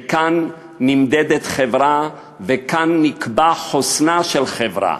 וכאן נמדדת חברה, וכאן נקבע חוסנה של חברה,